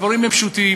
הדברים הם פשוטים,